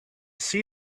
see